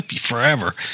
forever